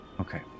Okay